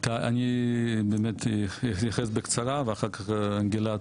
אני באמת אתייחס בקצרה ואחר כך גלעד,